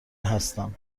هستم